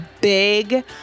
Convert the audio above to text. big